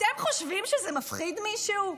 אתם חושבים שזה מפחיד מישהו?